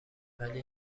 ولی